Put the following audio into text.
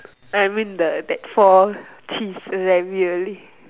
I mean the that four cheese ravioli